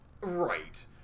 Right